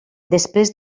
després